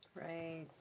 Right